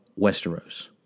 Westeros